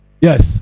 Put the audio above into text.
Yes